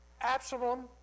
Absalom